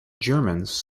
germans